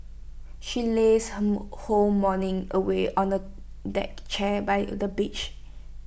she lazed her whole morning away on A deck chair by the beach